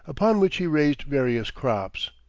upon which he raised various crops.